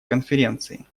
конференцией